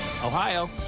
Ohio